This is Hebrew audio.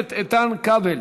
הכנסת איתן כבל,